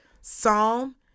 Psalm